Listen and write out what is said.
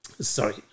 Sorry